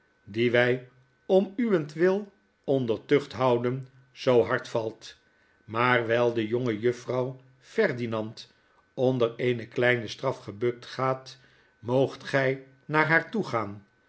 die wy om uwentwil onder tucht houden zoo hard valt maar wyi de jongejuffrouw ferdinand onder eene kleine straf gebukt gaat moogt gy naar haar toe